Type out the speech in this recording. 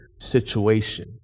situation